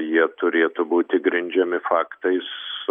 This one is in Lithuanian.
jie turėtų būti grindžiami faktais